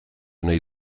nahi